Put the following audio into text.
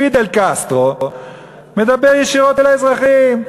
פידל קסטרו מדבר ישירות אל האזרחים.